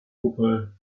kuppe